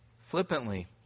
flippantly